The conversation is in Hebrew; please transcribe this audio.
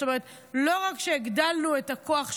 זאת אומרת, לא רק שהגדלנו את הכוח שלנו,